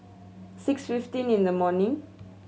six fifteen in the morning